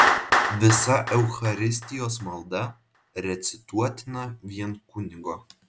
visa eucharistijos malda recituotina vien kunigo